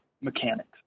mechanics